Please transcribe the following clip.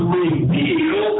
reveal